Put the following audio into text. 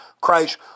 Christ